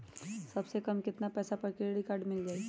सबसे कम कतना पैसा पर क्रेडिट काड मिल जाई?